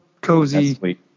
cozy